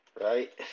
Right